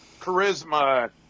charisma